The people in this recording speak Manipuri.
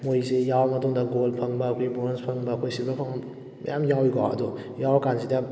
ꯃꯣꯏꯁꯤ ꯌꯥꯎꯔ ꯃꯇꯨꯡꯗ ꯒꯣꯜ ꯐꯪꯕ ꯑꯩꯈꯣꯏ ꯕ꯭ꯔꯣꯟꯖ ꯐꯪꯕ ꯑꯩꯈꯣꯏ ꯁꯤꯜꯕꯔ ꯐꯪꯕ ꯃꯌꯥꯝ ꯌꯥꯎꯏꯀꯣ ꯑꯗꯣ ꯌꯥꯎꯔ ꯀꯥꯟꯁꯤꯗ